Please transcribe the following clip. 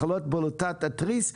מחלות בלוטת התריס,